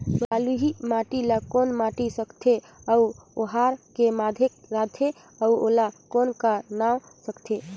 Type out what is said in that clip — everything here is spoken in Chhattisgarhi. बलुही माटी ला कौन माटी सकथे अउ ओहार के माधेक राथे अउ ओला कौन का नाव सकथे?